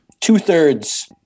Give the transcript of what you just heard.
two-thirds